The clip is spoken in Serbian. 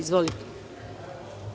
Izvolite.